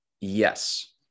yes